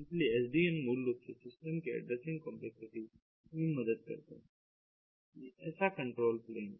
इसलिए SDN मूल रूप से सिस्टम के ऐड्रेसिंग कंपलेक्सिटी में मदद करता है यह ऐसा कंट्रोल प्लेन